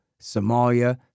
Somalia